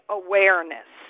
awareness